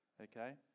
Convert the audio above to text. okay